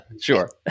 sure